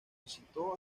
visitó